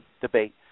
debate